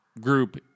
Group